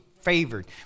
favored